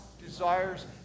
desires